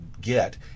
get